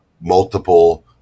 multiple